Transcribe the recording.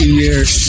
years